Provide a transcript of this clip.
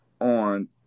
on